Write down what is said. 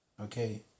Okay